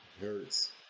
Hurts